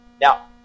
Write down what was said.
Now